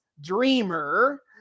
dreamer